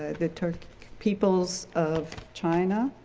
the turkic peoples of china.